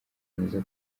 mwiza